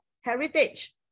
heritage